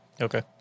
Okay